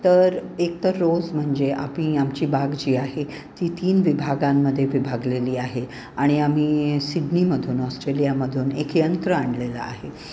तर एकतर रोज म्हणजे आम्ही आमची बाग जी आहे ती तीन विभागांमध्ये विभागलेली आहे आणि आम्ही सिडनीमधून ऑस्ट्रेलियामधून एक यंत्र आणलेलं आहे